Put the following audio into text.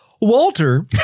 Walter